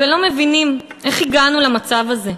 ולא מבינים איך הגענו למצב הזה.